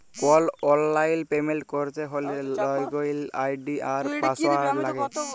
call অললাইল payment ক্যরতে হ্যলে লগইল আই.ডি আর পাসঅয়াড় লাগে